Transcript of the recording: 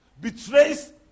betrays